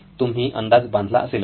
तुम्ही अंदाज बांधला असेलच